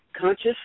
conscious